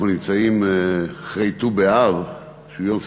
נמצאים אחרי ט"ו באב, שהוא יום שמח,